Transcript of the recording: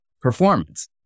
performance